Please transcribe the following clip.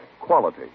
Quality